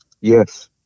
yes